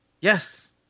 Yes